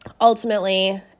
ultimately